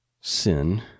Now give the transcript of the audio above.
sin